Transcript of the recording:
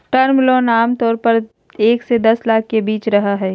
term loan आमतौर पर एक से दस साल के बीच रहय हइ